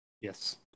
yes